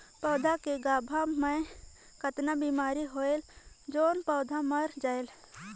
पौधा के गाभा मै कतना बिमारी होयल जोन पौधा मर जायेल?